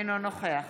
אינו נוכח